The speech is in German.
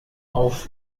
auf